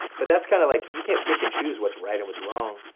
but that's kind of like you can't pick and choose what's right and what's wrong.